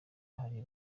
hari